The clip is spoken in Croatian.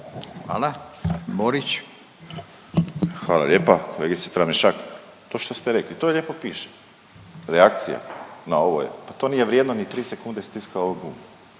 Josip (HDZ)** Hvala lijepa kolegice TrAmišak. To što ste rekli, to lijepo piše, reakcija na ovo je, pa to nije vrijedno ni 3 sekunde stiska ovog gumba.